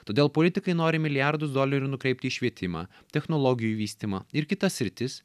todėl politikai nori milijardus dolerių nukreipti į švietimą technologijų vystymą ir kitas sritis